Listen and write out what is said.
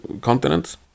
continents